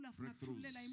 Breakthroughs